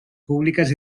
públiques